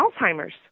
Alzheimer's